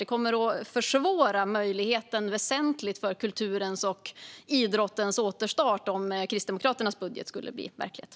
Det skulle väsentligt försvåra kulturens och idrottens återstart om Kristdemokraternas budget skulle bli verklighet.